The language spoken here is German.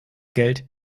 geld